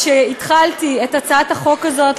כשהתחלתי את הצעת החוק הזאת,